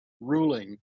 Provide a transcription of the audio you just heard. ruling